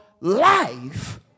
life